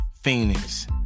Phoenix